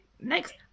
next